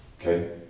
Okay